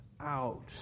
out